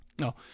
No